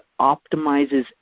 optimizes